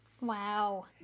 Wow